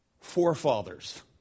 forefathers